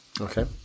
Okay